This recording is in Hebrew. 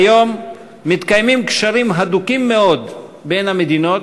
כיום מתקיימים קשרים הדוקים מאוד בין המדינות,